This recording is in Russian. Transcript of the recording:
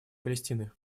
палестины